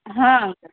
हां अंकल